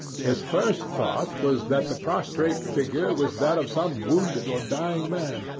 his first thought was that the prostrate figure was that of some wounded or dying man,